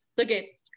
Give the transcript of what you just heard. okay